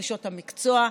דרישות המקצוע,